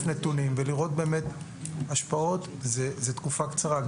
נתונים ולראות באמת השפעות זה תקופה קצרה.